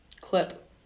Clip